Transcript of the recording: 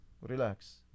Relax